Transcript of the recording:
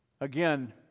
again